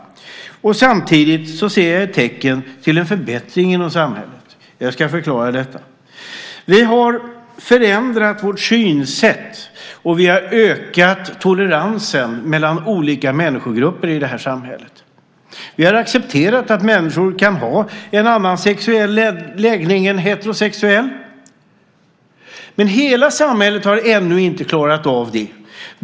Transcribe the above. Samtidigt ser jag tecken till en förbättring inom samhället. Jag ska förklara detta. Vi har förändrat vårt synsätt, och vi har ökat toleransen mellan olika människogrupper i det här samhället. Vi har accepterat att människor kan ha en annan sexuell läggning än heterosexuell. Men hela samhället har ännu inte klarat av det.